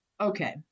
Okay